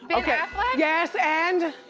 ben affleck? yes, and?